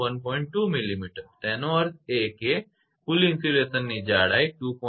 2 millimetre millimetre તેનો અર્થ એ કે કુલ ઇન્સ્યુલેશનની જાડાઈ 2